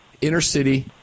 inner-city